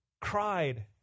cried